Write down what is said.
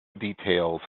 details